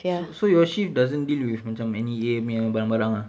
so so your shift doesn't deal with macam N_E_A punya barang-barang ah